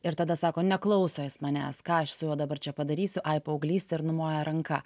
ir tada sako neklauso jis manęs ką aš su juo dabar čia padarysiu ai paauglystė ar numoja ranka